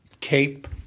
Cape